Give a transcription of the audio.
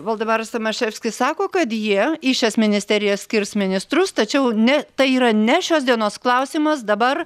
voldemaras tomaševskis sako kad jie į šias ministerijas skirs ministrus tačiau ne tai yra ne šios dienos klausimas dabar